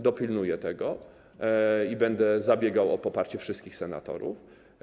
Dopilnuję tego i będę zabiegał o poparcie wszystkich senatorów.